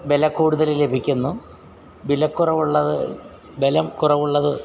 ബലക്കൂടുതൽ ലഭിക്കുന്നു ബലക്കുറവുള്ളത് ബലം കുറവുള്ളത്